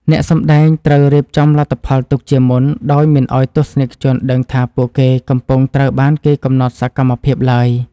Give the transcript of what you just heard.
អ្នកសម្តែងត្រូវរៀបចំលទ្ធផលទុកជាមុនដោយមិនឱ្យទស្សនិកជនដឹងថាពួកគេកំពុងត្រូវបានគេកំណត់សកម្មភាពឡើយ។